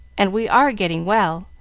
and we are getting well,